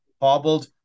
hobbled